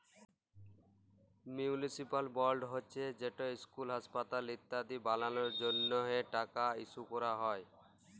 municipal board হছে যেট school, হাঁসপাতাল ইত্যাদি বালালর জ্যনহে টাকা ইস্যু ক্যরা হ্যয়